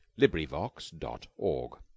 LibriVox.org